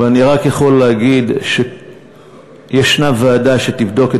ואני רק יכול להגיד שיש ועדה שתבדוק את